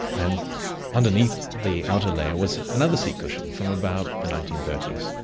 and underneath the outer layer was another seat cushion from about the nineteen thirty s,